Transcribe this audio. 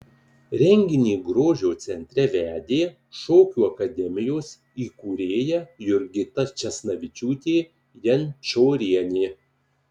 renginį grožio centre vedė šokių akademijos įkūrėja jurgita česnavičiūtė jančorienė